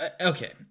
okay